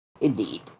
Indeed